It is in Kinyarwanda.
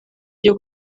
byo